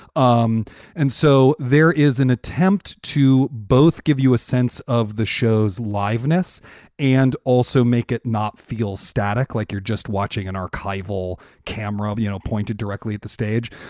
um and so there is an attempt to both give you a sense of the show's liveness and also make it not feel static, like you're just watching an archival camera, you know, pointed directly at the stage.